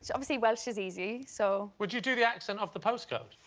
so obviously welsh is easy, so. would you do the accent of the postcode?